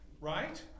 Right